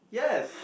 yes